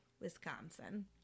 Wisconsin